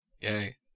Yay